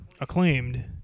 acclaimed